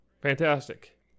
fantastic